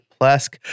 Plesk